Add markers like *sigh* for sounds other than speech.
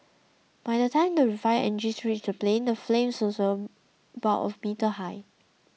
by the time the fire engines reached the plane the flames *unintelligible* about a meter high